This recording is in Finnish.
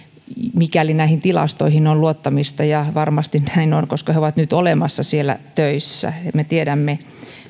mikäli näihin tilastoihin on luottamista ja varmasti näin on koska he ovat nyt olemassa siellä töissä me tiedämme